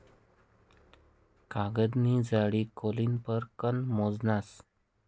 कागदनी जाडी कॉलिपर कन मोजतस